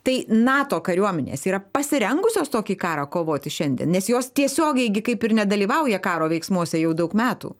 tai nato kariuomenės yra pasirengusios tokį karą kovoti šiandien nes jos tiesiogiai gi kaip ir nedalyvauja karo veiksmuose jau daug metų